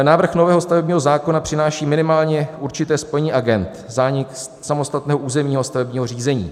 Návrh nového stavebního zákona přináší minimálně určité spojení agend, zánik samostatného územního a stavebního řízení.